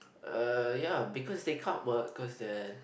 err ya because they can't work because they're